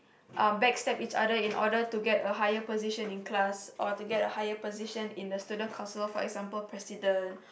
um backstab each other in order to get a higher position in class or to get a higher position in the student council for example President